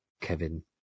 Kevin